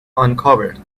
uncovered